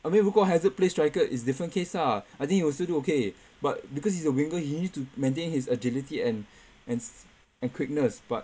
I mean 如果还是 play striker is different case ah I think he will still do okay but because he's a winger he needs to maintain his agility and and and quickness but